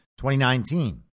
2019